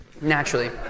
naturally